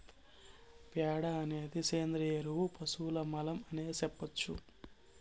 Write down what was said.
ప్యాడ అనేది సేంద్రియ ఎరువు పశువుల మలం అనే సెప్పొచ్చు